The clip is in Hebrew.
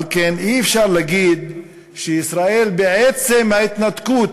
על כן, אי-אפשר להגיד שישראל, בעצם ההתנתקות,